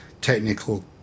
technical